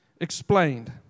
explained